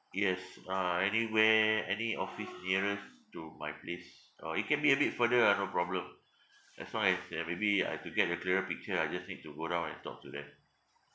yes uh anywhere any office nearest to my place or it can be a bit further ah no problem as long as uh maybe I could get a clearer picture I just need to go down and talk to them